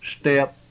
step